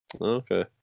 Okay